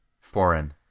Foreign